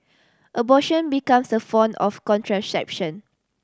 abortion becomes a form of contraception